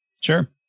Sure